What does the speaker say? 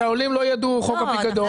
שהעולים לא יידעו חוק הפיקדון.